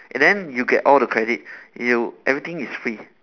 and then you get all the credit you everything is free